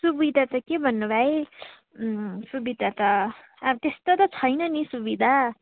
सुविधा त के भन्नु भाइ सुविधा त अब त्यस्तो त छैन नि सुविधा